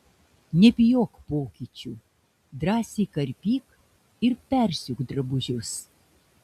nebijok pokyčių drąsiai karpyk ir persiūk drabužius